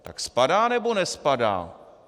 Tak spadá, nebo nespadá?